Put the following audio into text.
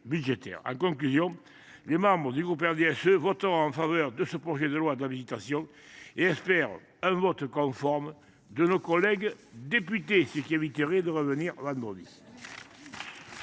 En conclusion, les membres du groupe RDSE voteront en faveur de ce projet de loi d’habilitation et espèrent un vote conforme de nos collègues députés, ce qui nous éviterait de devoir revenir vendredi.